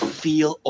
feel